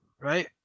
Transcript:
right